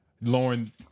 Lauren